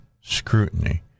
scrutiny